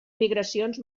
migracions